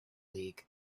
league